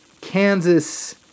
Kansas